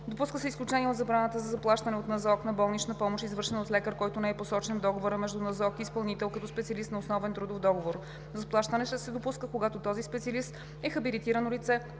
Допуска се изключение от забраната за заплащане от НЗОК на болнична помощ, извършена от лекар, който не е посочен в договора между НЗОК и изпълнител като специалист на основен трудов договор. Заплащане ще се допуска, когато този специалист е хабилитирано лице